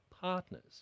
partners